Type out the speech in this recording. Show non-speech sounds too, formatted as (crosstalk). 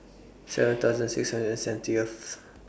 seven (noise) thousand six hundred and seventieth